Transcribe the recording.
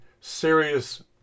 serious